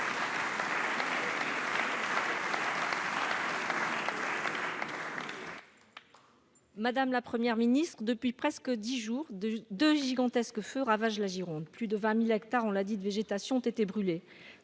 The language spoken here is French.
Mme la Première ministre. Depuis presque dix jours, deux gigantesques feux ravagent la Gironde. Cela a été rappelé : plus de 20 000 hectares de végétation ont été brûlés